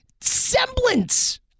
semblance